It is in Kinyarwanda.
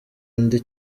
undi